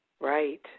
Right